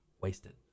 wasted